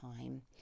time